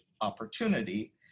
opportunity